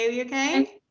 Okay